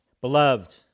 Beloved